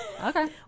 Okay